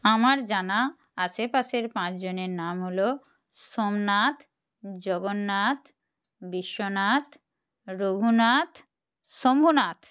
আমার জানা আশেপাশের পাঁচজনের নাম হলো সোমনাথ জগন্নাথ বিশ্বনাথ রঘুনাথ শম্ভুনাথ